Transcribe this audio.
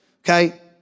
Okay